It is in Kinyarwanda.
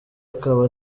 akaba